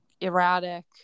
erratic